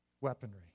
weaponry